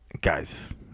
guys